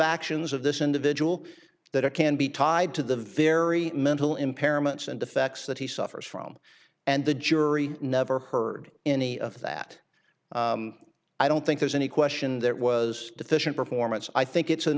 actions of this individual that it can be tied to the very mental impairments and defects that he suffers from and the jury never heard any of that i don't think there's any question that was deficient performance i think it's